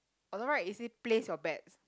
on the right it says place your bets